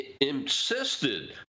insisted